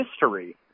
history